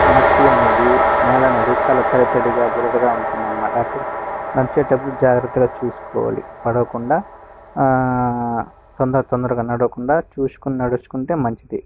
మట్టి అనేది నేల అనేది చాలా తడితడిగా బురదగా ఉంటుందన్నమాట అక్కడ నడిచేటప్పుడు జాగ్రత్తగా చూసుకోవాలి పడకుండా ఆ తొందర తొందరగా నడవకుండా చూసుకొని నడుచుకుంటే మంచిది